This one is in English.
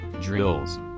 drills